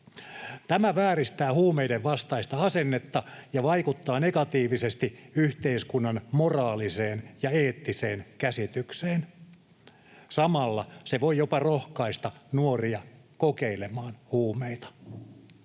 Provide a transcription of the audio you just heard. Tämä vääristää huumeidenvastaista asennetta ja vaikuttaa negatiivisesti yhteiskunnan moraaliseen ja eettiseen käsitykseen. Samalla se voi jopa rohkaista nuoria kokeilemaan huumeita.